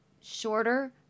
shorter